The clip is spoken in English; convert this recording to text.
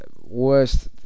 worst